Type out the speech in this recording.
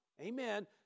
amen